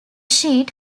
sheet